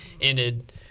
ended